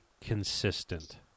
consistent